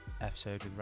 episode